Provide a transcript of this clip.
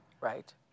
Right